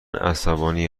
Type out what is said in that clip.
عصبانی